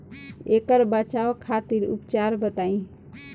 ऐकर बचाव खातिर उपचार बताई?